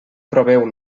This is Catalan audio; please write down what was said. proveu